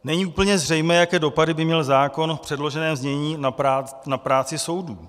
Není úplně zřejmé, jaké dopady by měl zákon v předloženém znění na práci soudů.